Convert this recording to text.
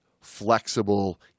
flexible